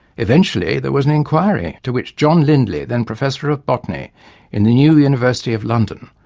eventually there was an inquiry to which john lindley, then professor of botany in the new university of london,